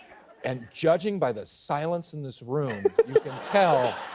and judging by the silence in this room, you can tell.